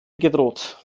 gedroht